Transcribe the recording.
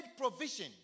provision